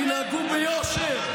תנהגו ביושר.